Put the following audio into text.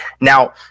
Now